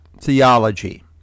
Theology